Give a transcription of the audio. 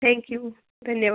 thank you धन्य